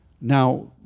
Now